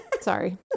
sorry